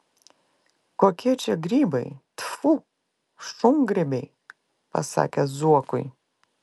kokie čia grybai tfu šungrybiai pasakė zuokui